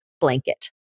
blanket